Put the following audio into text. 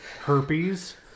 herpes